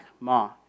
Ma